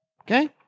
Okay